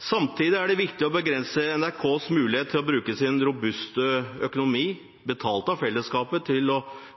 Samtidig er det viktig å begrense NRKs mulighet til å bruke sin robuste økonomi betalt av fellesskapet til å